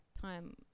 time